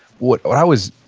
what what i was,